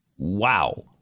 Wow